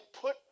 put